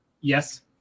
yes